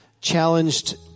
challenged